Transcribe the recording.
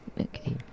Okay